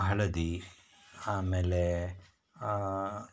ಹಳದಿ ಆಮೇಲೆ